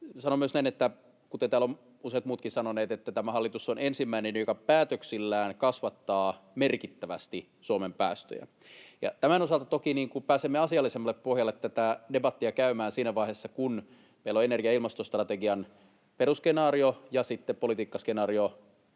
sanoi myös näin, kuten täällä on useat muutkin sanoneet, että tämä hallitus on ensimmäinen, joka päätöksillään kasvattaa merkittävästi Suomen päästöjä. Tämän osalta toki pääsemme asiallisemmalta pohjalta tätä debattia käymään siinä vaiheessa, kun meillä ovat energia- ja ilmastostrategian perusskenaario ja sitten politiikkaskenaario